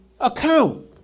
account